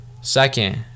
Second